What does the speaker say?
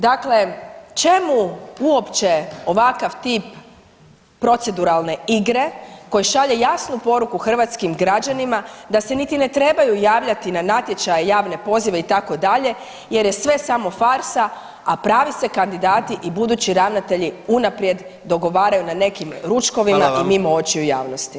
Dakle, čemu uopće ovakav tip proceduralne igre koji šalje jasnu poruku hrvatskim građanima da se niti ne trebaju javljati na natječaj, javne pozive itd., jer je sve samo farsa, a pravi se kandidati i budući ravnatelji unaprijed dogovaraju na nekim ručkovima i mimo očiju javnosti.